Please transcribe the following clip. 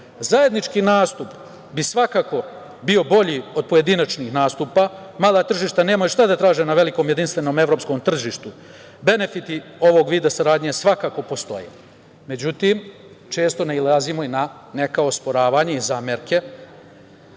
teže. Zajednički nastup bi svakako bio bolji od pojedinačnih nastupa, mala tržišta nemaju šta da traže na velikom jedinstvenom evropskom tržištu. Benefiti ovog vida saradnje svakako postoje, međutim često nailazimo i na neka osporavanja i zamerke,